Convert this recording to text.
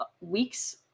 weeks